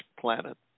planet